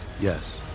Yes